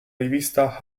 rivista